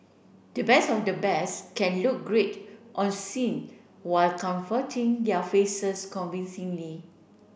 the best of the best can look great on scene while comforting their faces convincingly